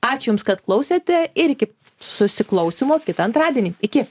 ačiū jums kad klausėte ir iki susiklausymo kitą antradienį iki